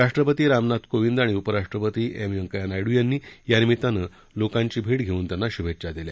राष्ट्रपती रामनाथ कोविंद आणि उपराष्ट्रपती एम व्यंकय्या नायडू यांनी यानिमित्तानं लोकांची भेट धेऊन त्यांना शुभेच्छा दिल्या